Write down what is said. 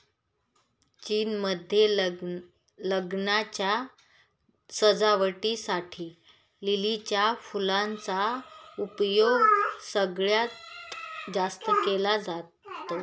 चीन मध्ये लग्नाच्या सजावटी साठी लिलीच्या फुलांचा उपयोग सगळ्यात जास्त केला जातो